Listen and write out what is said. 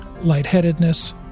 lightheadedness